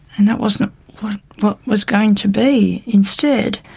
and that wasn't what what was going to be. instead,